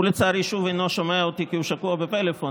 ולצערי שוב אינו שומע אותי כי הוא שקוע בפלאפון.